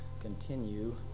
continue